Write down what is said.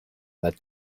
that